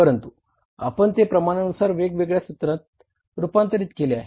परंतु आपण ते प्रमाणानुसार वेगवेगळ्या सूत्रात रूपांतरित केले आहे